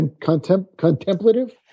contemplative